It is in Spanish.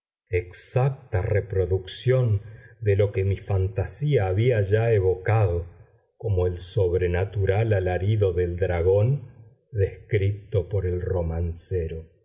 exacta reproducción de lo que mi fantasía había ya evocado como el sobrenatural alarido del dragón descrito por el romancero